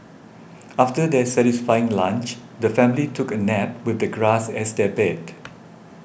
after their satisfying lunch the family took a nap with the grass as their bed